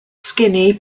skinny